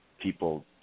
people